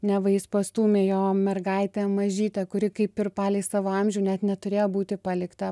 neva jis pastūmė jo mergaitę mažytę kuri kaip ir palei savo amžių net neturėjo būti palikta